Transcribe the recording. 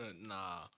Nah